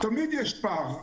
תמיד יש פער.